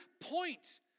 point